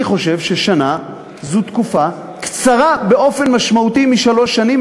אני חושב ששנה זו תקופה קצרה באופן משמעותי משלוש שנים,